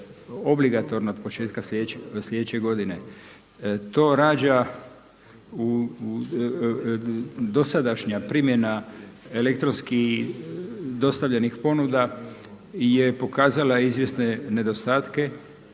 obligatorna od početka sljedeće godine. To rađa dosadašnja primjena elektronski dostavljenih ponuda je pokazala izvjesne nedostatke